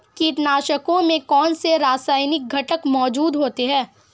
कीटनाशकों में कौनसे रासायनिक घटक मौजूद होते हैं?